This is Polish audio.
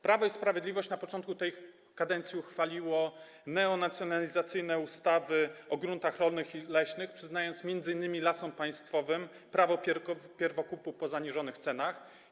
Prawo i Sprawiedliwość na początku tej kadencji uchwaliło neonacjonalizacyjne ustawy o gruntach rolnych i leśnych, przyznając m.in. Lasom Państwowym prawo pierwokupu po zaniżonych cenach.